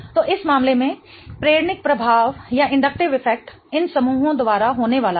तो इस मामले में प्रेरणिक प्रभाव इन समूहों द्वारा होने वाला है